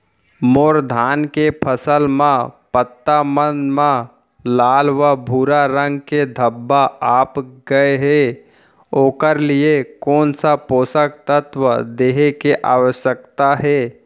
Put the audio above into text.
मोर धान के फसल म पत्ता मन म लाल व भूरा रंग के धब्बा आप गए हे ओखर लिए कोन स पोसक तत्व देहे के आवश्यकता हे?